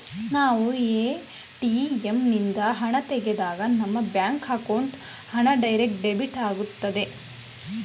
ನಾವು ಎ.ಟಿ.ಎಂ ನಿಂದ ಹಣ ತೆಗೆದಾಗ ನಮ್ಮ ಬ್ಯಾಂಕ್ ಅಕೌಂಟ್ ಹಣ ಡೈರೆಕ್ಟ್ ಡೆಬಿಟ್ ಆಗುತ್ತದೆ